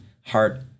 heart